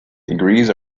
degrees